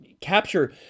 capture